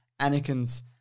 Anakin's